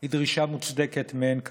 היא דרישה מוצדקת מאין כמוה,